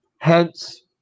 hence